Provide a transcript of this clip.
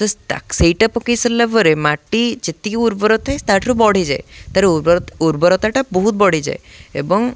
ତ ସେଇଟା ପକେଇ ସାରିଲା ପରେ ମାଟି ଯେତିକି ଉର୍ବର ଥାଏ ତା'ଠାରୁ ବଢ଼ିଯାଏ ତାର ଉର୍ବରତା ଉର୍ବରତାଟା ବହୁତ ବଢ଼ିଯାଏ ଏବଂ